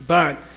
but,